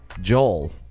Joel